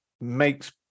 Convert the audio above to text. makes